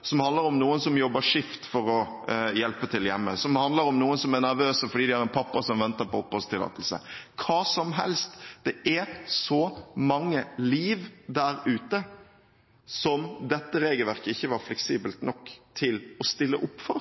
Det handler om fattigdom hjemme, om en som har beskyttet lillebroren sin mot vold, om noen som jobber skift for å hjelpe til hjemme, om noen som er nervøse fordi de har en pappa som venter på oppholdstillatelse – hva som helst. Det er så mange liv der ute som dette regelverket ikke var fleksibelt nok til å stille opp for.